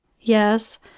YES